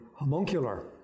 homuncular